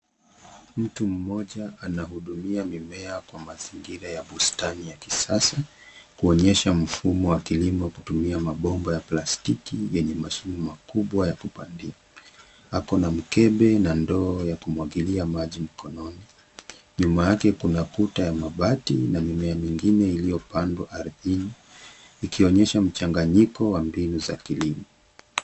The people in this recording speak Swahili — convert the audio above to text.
Mtu mmoja nahudumia mimea kwa mazingira ya bustani ya kisasa, kuonyesha mfumo wa kilimo kutumia mabomba ya plastiki yenye mashimo makubwa ya kupandia. Ako na mkebe na ndoo ya kumwagilia maji mkononi. Nyuma yake kuna kuta ya mabati na mimea mingine iliyopandwa ardhini, ikionyesha mchanganyiko wa mbinu za kilimo.